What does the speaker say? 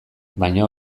baina